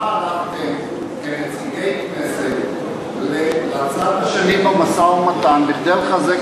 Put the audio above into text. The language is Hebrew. למה הלכתם כנציגי הכנסת לצד השני במשא-ומתן כדי לחזק